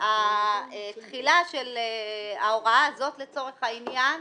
התחילה של ההוראה הזאת לצורך העניין,